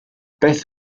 beth